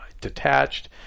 detached